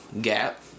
gap